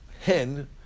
hen